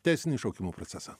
teisinį šaukimo procesą